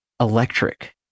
electric